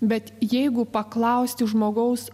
bet jeigu paklausti žmogaus